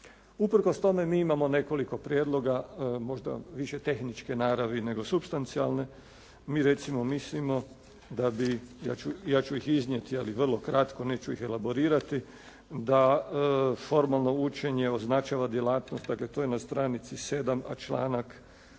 Usprkos tome mi imamo nekoliko prijedloga možda više tehničke naravno nego supstancijalne. Mi recimo mislimo da bi, ja ću ih iznijeti ali vrlo kratko, neću ih elaborirati da formalno učenje označava djelatnost. Dakle, to je na stranici sedam a članak 3.